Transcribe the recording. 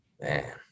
Man